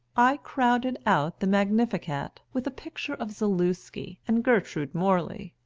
i crowded out the magnificat with a picture of zaluski and gertrude morley.